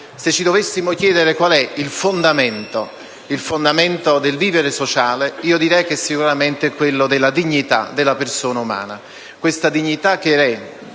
Se dovessimo chiederci qual è il fondamento del vivere sociale, diremmo che sicuramente è quello della dignità della persona umana.